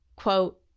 Quote